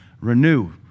Renew